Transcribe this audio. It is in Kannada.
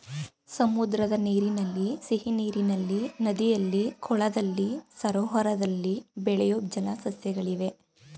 ಸಮುದ್ರದ ನೀರಿನಲ್ಲಿ, ಸಿಹಿನೀರಿನಲ್ಲಿ, ನದಿಯಲ್ಲಿ, ಕೊಳದಲ್ಲಿ, ಸರೋವರದಲ್ಲಿ ಬೆಳೆಯೂ ಜಲ ಸಸ್ಯಗಳಿವೆ